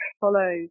follow